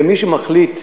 ומי שמחליט,